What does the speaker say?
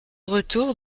retour